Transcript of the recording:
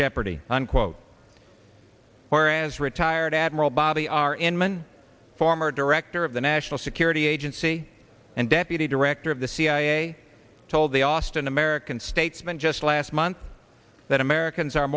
jeopardy unquote whereas retired admiral bobby inman former director of the national security agency and deputy director of the cia told the austin american statesman just last month that americans are